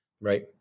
Right